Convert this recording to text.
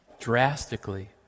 drastically